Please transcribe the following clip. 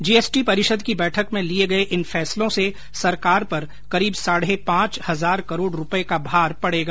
GST परिषद की बैठक में लिये गये इन फैसलों से सरकार पर करीब साढ़े पांच हजार करोड रूपए का भार पड़ेगा